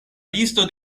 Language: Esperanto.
listo